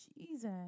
Jesus